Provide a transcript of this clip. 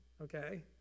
okay